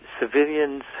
civilians